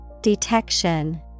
Detection